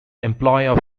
employee